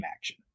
action